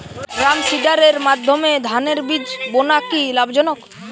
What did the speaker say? ড্রামসিডারের মাধ্যমে ধানের বীজ বোনা কি লাভজনক?